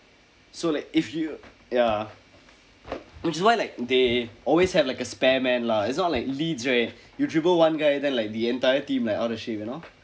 so like if you ya which is why like they always have like a spare man lah it's not like leeds right you dribble one guy then like the entire team like all that shit you know